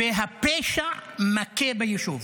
והפשע מכה ביישוב